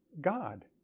god